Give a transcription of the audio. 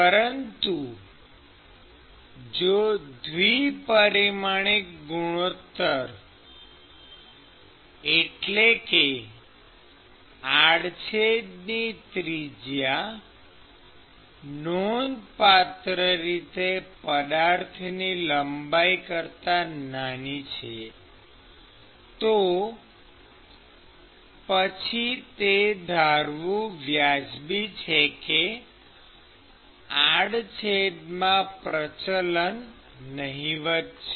પરંતુ જો દ્વિ પરિમાણિક ગુણોત્તર એટલે કે આડછેદની ત્રિજ્યા નોંધપાત્ર રીતે પદાર્થની લંબાઈ કરતાં નાની છે તો પછી તે ધારવું વ્યાજબી છે કે આડછેદમાં પ્રચલન નહિવત છે